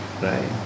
right